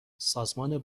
سازمان